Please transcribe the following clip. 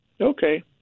Okay